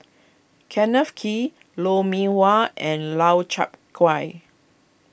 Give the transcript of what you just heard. Kenneth Kee Lou Mee Wah and Lau Chiap Khai